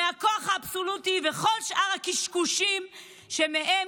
מהכוח האבסולוטי וכל שאר הקשקושים שמהם